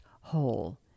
whole